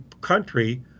country